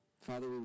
Father